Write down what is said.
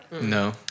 No